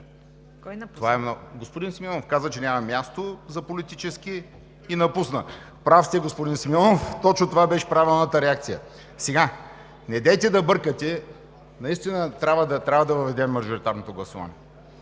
МАРЕШКИ: Господин Симеонов каза, че няма място за политически пън и напусна. Прав сте, господин Симеонов, точно това беше правилната реакция. Недейте да бъркате, наистина трябва да въведем мажоритарното гласуване.